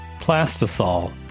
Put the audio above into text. Plastisol